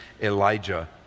Elijah